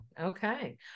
Okay